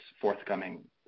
forthcoming